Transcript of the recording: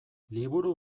liburu